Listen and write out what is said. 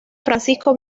francisco